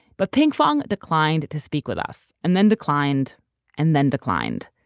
but pinkfong declined to speak with us and then declined and then declined.